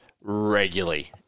regularly